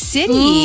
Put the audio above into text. City